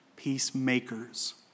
peacemakers